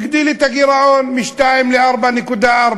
הגדיל את הגירעון מ-2 ל-4.4.